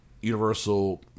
Universal